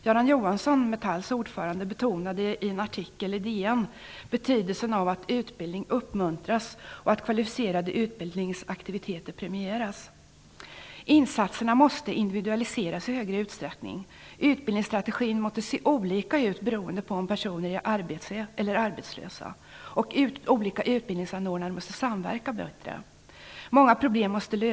Göran Johnsson, Metalls ordförande, betonade i en artikel i DN betydelsen av att utbildning uppmuntras och att kvalificerade utbildningsaktiviteter premieras. Insatserna måste individualiseras i större utsträckning. Utbildningsstrategin måste se olika ut beroende på om personerna är arbetsfria eller arbetslösa. Olika utbildningsanordnare måste samverka bättre. Många problem måste lösas.